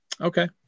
Okay